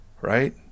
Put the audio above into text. right